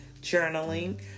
journaling